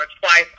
twice